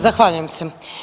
Zahvaljujem se.